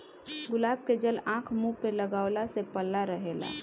गुलाब के जल आँख, मुंह पे लगवला से पल्ला रहेला